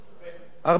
הרבה?